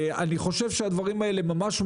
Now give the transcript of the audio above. אני חושב שהדברים האלה ממש,